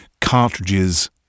cartridges